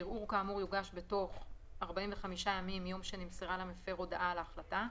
ערעור כאמור יוגש בתוך 45 ימים מיום שנמסרה למפר הודעה על ההחלטה.